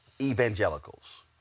evangelicals